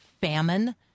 famine